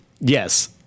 Yes